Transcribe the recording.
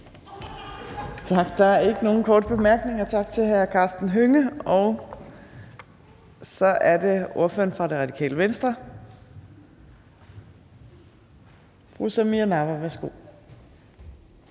Torp): Der er ikke nogen korte bemærkninger. Tak til hr. Karsten Hønge. Så er det ordføreren fra Radikale Venstre, fru Samira Nawa. Værsgo.